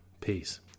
peace